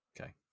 Okay